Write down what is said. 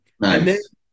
Nice